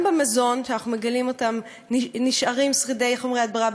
גם במזון נשארים שרידי חומרי הדברה,